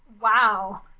Wow